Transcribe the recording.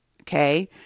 okay